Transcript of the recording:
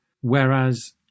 Whereas